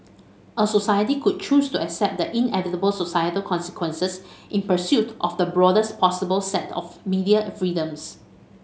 a society could choose to accept the inevitable societal consequences in pursuit of the broadest possible set of media freedoms